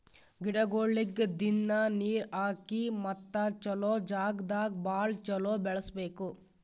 ಗಿಡಗೊಳಿಗ್ ದಿನ್ನಾ ನೀರ್ ಹಾಕಿ ಮತ್ತ ಚಲೋ ಜಾಗ್ ದಾಗ್ ಭಾಳ ಚಲೋ ಬೆಳಸಬೇಕು